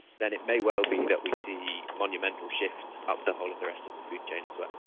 then it may well be that we see monumental shifts up the whole of the rest of the food chain as well.